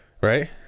Right